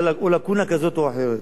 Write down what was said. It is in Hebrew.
שהיתה לקונה כזאת או אחרת.